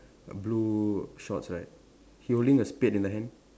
a blue shorts right he holding a spade in the hand